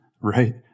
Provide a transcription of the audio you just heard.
Right